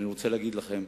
אני רוצה להגיד לכם,